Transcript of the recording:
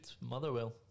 Motherwell